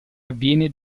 avviene